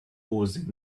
holes